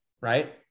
right